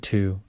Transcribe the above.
Two